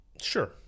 Sure